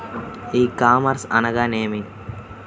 ఈ కామర్స్ అనగా నేమి?